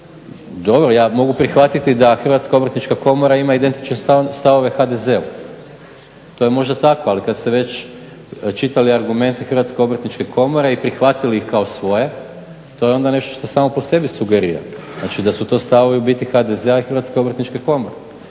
dobro, ja mogu prihvatiti da Hrvatska obrtnička komora ima identične stavove HDZ-u. To je možda tako, ali kad ste već čitali argumente Hrvatske obrtničke komore i prihvatili ih kao svoje to je onda nešto što samo po sebi sugerira, znači da su to stavovi u biti HDZ-a i Hrvatske obrtničke komore.